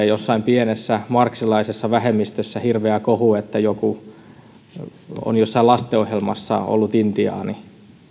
jossain pienessä marxilaisessa vähemmistössä nousee hirveä kohu siitä että joku on jossain lastenohjelmassa ollut intiaani